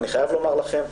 אני חייב לומר לכם,